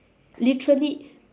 literally